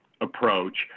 approach